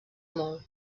molt